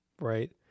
Right